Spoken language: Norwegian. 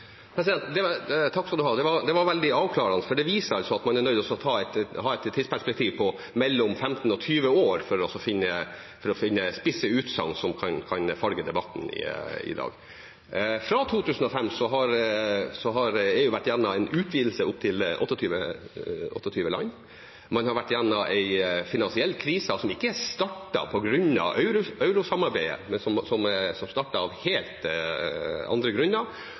Det var veldig avklarende, for det viser at man er nødt til å ha et tidsperspektiv på mellom 15 og 20 år for å finne spisse utsagn som kan farge debatten i dag. Fra 2005 har EU vært igjennom en utvidelse opp til 28 land. Man har vært igjennom en finansiell krise, som ikke startet på grunn av eurosamarbeidet, men som startet av helt andre grunner,